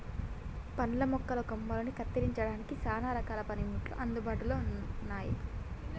పండ్ల మొక్కల కొమ్మలని కత్తిరించడానికి సానా రకాల పనిముట్లు అందుబాటులో ఉన్నాయి